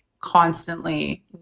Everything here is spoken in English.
constantly